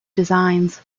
designs